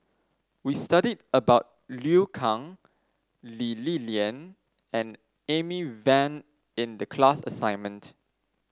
we studied about Liu Kang Lee Li Lian and Amy Van in the class assignment